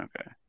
Okay